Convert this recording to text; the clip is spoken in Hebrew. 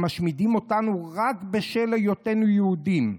הם משמידים אותנו רק בשל היותנו יהודים.